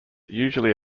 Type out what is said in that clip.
usually